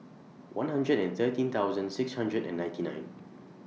one hundred and thirteen thousand six hundred and ninety nine